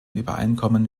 übereinkommen